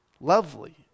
lovely